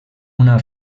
una